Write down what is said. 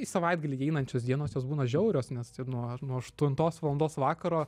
į savaitgalį įeinančios dienos jos būna žiaurios nes nuo nuo aštuntos valandos vakaro